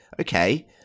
okay